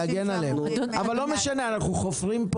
--- אבל לא משנה, אנחנו חופרים פה